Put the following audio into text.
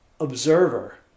observer